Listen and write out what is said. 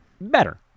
better